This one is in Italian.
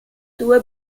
due